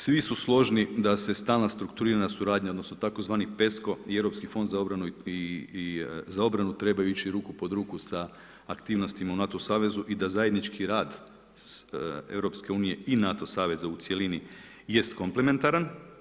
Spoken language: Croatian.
Svi su složni da se stalna strukturirana suradnja odnosno tzv. pesko i Europski fond za obranu trebaju ići ruku pod ruku sa aktivnostima u NATO savezu i da zajednički rad Europske unije i NATO saveza u cjelini jest komplementaran.